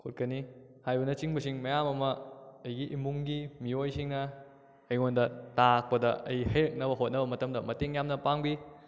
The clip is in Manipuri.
ꯈꯣꯠꯀꯅꯤ ꯍꯥꯏꯕꯅ ꯆꯤꯡꯕꯁꯤꯡ ꯃꯌꯥꯝ ꯑꯃ ꯑꯩꯒꯤ ꯏꯃꯨꯡꯒꯤ ꯃꯤꯑꯣꯏꯁꯤꯡꯅ ꯑꯩꯉꯣꯟꯗ ꯇꯥꯛꯄꯗ ꯑꯩ ꯍꯩꯔꯛꯅꯕ ꯍꯣꯠꯅꯕ ꯃꯇꯝꯗ ꯃꯇꯦꯡ ꯌꯥꯝꯅ ꯄꯥꯡꯕꯤ